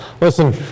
Listen